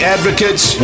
Advocates